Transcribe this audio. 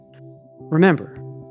Remember